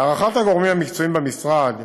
להערכת הגורמים המקצועיים במשרד,